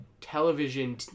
television